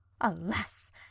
Alas